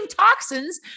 toxins